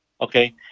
okay